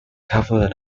covered